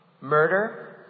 Murder